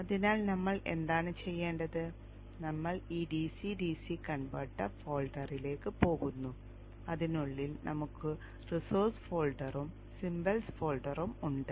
അതിനാൽ നമ്മൾ എന്താണ് ചെയ്യേണ്ടത് നമ്മൾ ഈ ഡിസി ഡിസി കൺവെർട്ടർ ഫോൾഡറിലേക്ക് പോകുന്നു അതിനുള്ളിൽ നമുക്ക് റിസോഴ്സ് ഫോൾഡറും സിമ്പൽസ് ഫോൾഡറും ഉണ്ട്